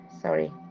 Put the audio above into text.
sorry